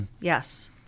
Yes